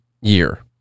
year